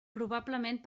probablement